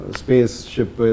spaceship